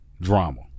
Drama